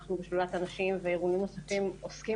אנחנו בשדולת הנשים ובארגונים נוספים עוסקים